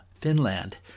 Finland